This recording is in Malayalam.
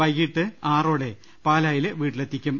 വൈകീട്ട് ആറോടെ പാലായില്ലെ വീട്ടിലെത്തിക്കും